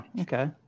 Okay